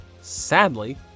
Sadly